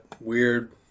weird